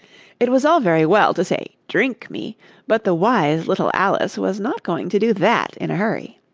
it was all very well to say drink me but the wise little alice was not going to do that in a hurry.